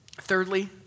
thirdly